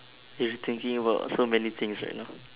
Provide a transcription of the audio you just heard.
you'd be thinking about so many things right now